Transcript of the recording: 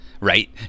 right